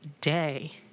day